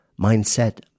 mindset